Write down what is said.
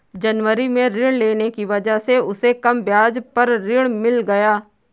जनवरी में ऋण लेने की वजह से उसे कम ब्याज पर ऋण मिल गया